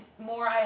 more